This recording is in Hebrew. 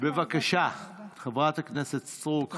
בבקשה, חברת הכנסת סטרוק.